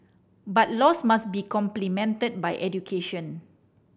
but laws must be complemented by education